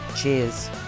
cheers